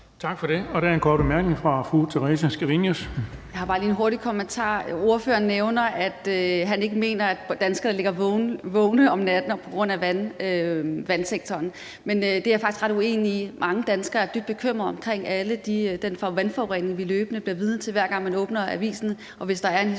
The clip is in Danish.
Tak for det. Og der er en kort bemærkning fra fru Theresa Scavenius.